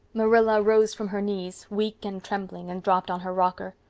marilla rose from her knees, weak and trembling, and dropped on her rocker.